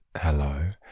Hello